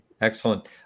Excellent